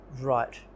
right